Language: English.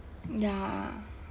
ya